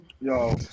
Yo